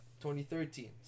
2013